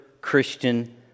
Christian